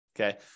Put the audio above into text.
Okay